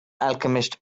alchemist